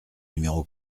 numéro